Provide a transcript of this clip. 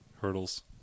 Hurdles